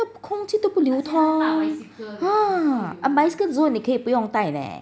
他都空气都不流通 bicycle 的时候你可以不用带 eh